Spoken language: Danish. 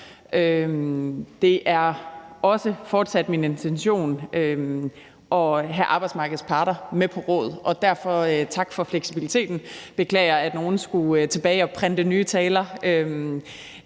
Det er også fortsat min intention at have arbejdsmarkedets parter med på råd, og derfor vil jeg sige tak for fleksibiliteten.